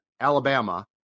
Alabama